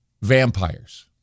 Vampires